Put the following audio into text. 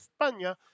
España